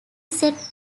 set